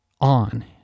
on